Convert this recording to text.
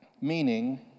Meaning